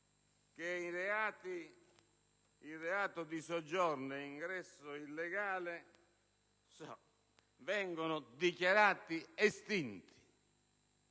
che i reati di soggiorno e ingresso illegale vengano dichiarati estinti,